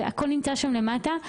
הכול נמצא שם, למטה.